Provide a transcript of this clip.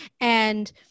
and-